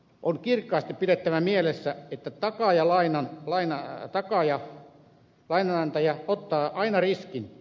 on kirkkaasti pidettävä mielessä että takaaja lainanantaja ottaa aina riskin